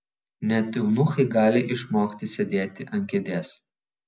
net eunuchai gali išmokti sėdėti ant kėdės